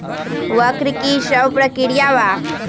वक्र कि शव प्रकिया वा?